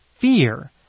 fear